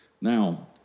Now